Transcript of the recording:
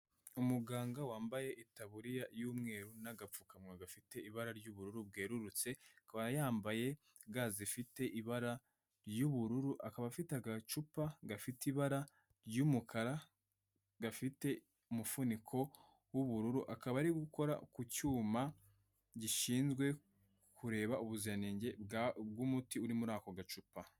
Umuganga wambaye itaburiya y'umweru n'agapfukamunwa gafite ibara ry'ubururu bwerurutse, akaba yambaye ga zifite ibara ry'ubururu, akaba afite agacupa gafite ibara ry'umukara, gafite umufuniko w'ubururu, akaba ari gukora ku cyuma gishinzwe kureba ubuziranenge bw'umuti uri muri ako gacupa.